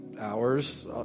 hours